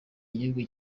igihugu